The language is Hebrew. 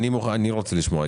אני רוצה לשמוע.